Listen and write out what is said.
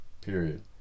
Period